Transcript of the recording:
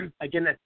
Again